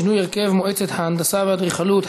שינוי הרכב מועצת ההנדסה והאדריכלות),